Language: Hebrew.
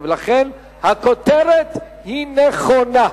ולכן הכותרת היא נכונה.